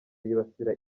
yibasira